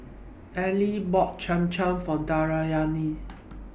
Eli bought Cham Cham For Deyanira